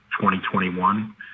2021